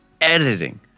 editing